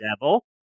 devil